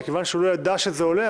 מכיוון שהוא לא ידע שזה עולה,